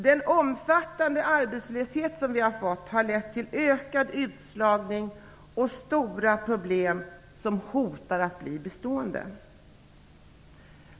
Den omfattande arbetslösheten har lett till ökad utslagning och stora problem som hotar att bli bestående.